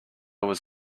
was